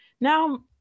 now